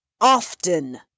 often